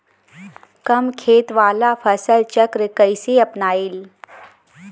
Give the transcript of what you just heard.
कम खेत वाला फसल चक्र कइसे अपनाइल?